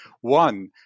one